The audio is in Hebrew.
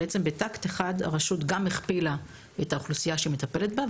בבת אחת הרשות בעצם גם הכפילה את האוכלוסיה שהיא מטפלת בה,